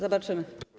Zobaczymy.